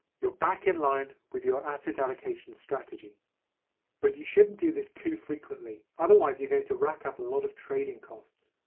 you're back in line with your asset allocation strategy but you shouldn't do this too frequently otherwise you're going to rack up a lot of trading costs.